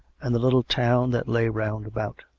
and the little town that lay round about.